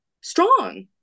strong